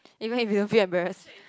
even if you feel embarrassed